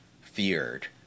feared